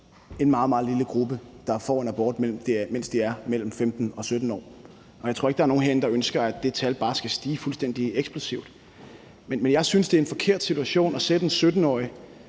en meget, meget lille gruppe, der får en abort, mens de er mellem 15 og 17 år. Og jeg tror ikke, at der er nogen herinde, der ønsker, at det tal bare skal stige fuldstændig eksplosivt. Men jeg synes, at det er forkert at sætte en 17-årig